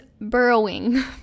burrowing